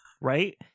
Right